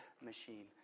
machine